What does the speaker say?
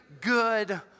good